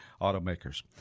automakers